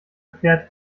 pferd